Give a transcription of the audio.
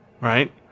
right